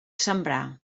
sembrar